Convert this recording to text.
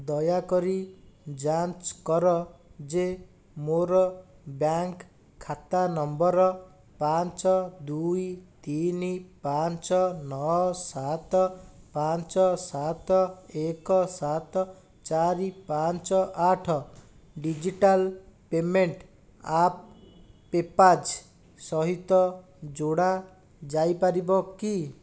ଦୟାକରି ଯାଞ୍ଚ କର ଯେ ମୋର ବ୍ୟାଙ୍କ୍ ଖାତା ନମ୍ବର୍ ପାଞ୍ଚ ଦୁଇ ତିନି ପାଞ୍ଚ ନଅ ସାତ ପାଞ୍ଚ ସାତ ଏକ ସାତ ଚାରି ପାଞ୍ଚ ଆଠ ଡିଜିଟାଲ୍ ପେମେଣ୍ଟ୍ ଆପ୍ ପେପାଲ୍ ସହିତ ଯୋଡ଼ା ଯାଇପାରିବ କି